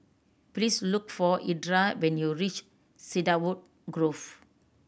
please look for Edra when you reach Cedarwood Grove